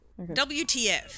wtf